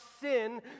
sin